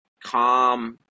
calm